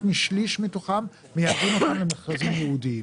שליש מתוכם מייעדים למכרזים ייעודיים.